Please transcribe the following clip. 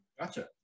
Gotcha